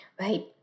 Right